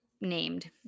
named